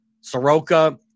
Soroka